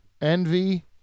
envy